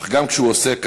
אך גם כשהוא עושה כך,